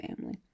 family